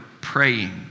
praying